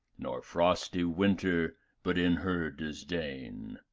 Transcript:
nor frosty winter but in her disdain.